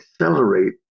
accelerate